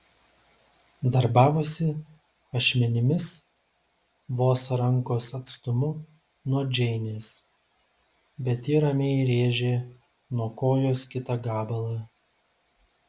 darbavosi ašmenimis vos rankos atstumu nuo džeinės bet ji ramiai rėžė nuo kojos kitą gabalą